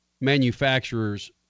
manufacturers